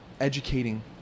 educating